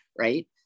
right